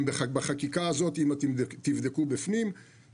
אם תבדקו בתוך החקיקה הזאת,